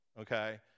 Okay